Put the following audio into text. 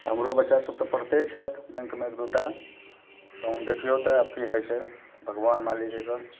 हमरो बच्चासभ तऽ पढ़िते छथि बैँकमे एक दुइ टा तहन देखिऔ तऽ आब कि होइ छै भगवान मालिक एकर